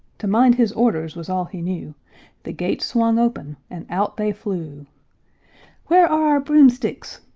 to mind his orders was all he knew the gates swung open, and out they flew where are our broomsticks?